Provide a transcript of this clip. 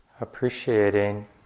appreciating